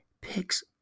picks